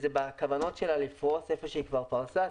ובכוונות שלה לפרוס איפה שהיא כבר פרסה,